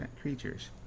creatures